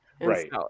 Right